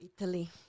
Italy